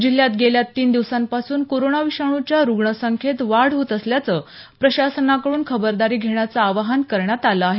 जिल्ह्यात गेल्या तीन दिवसांपासून कोरोना विषाणुच्या रूग्ण संख्येत वाढ होत असल्यानं प्रशासनाकडून खबरदारी घेण्याचं आवाहन करण्यात आलं आहे